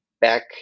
Back